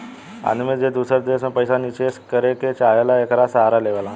आदमी जे दूसर देश मे पइसा निचेस करे के चाहेला, एकर सहारा लेवला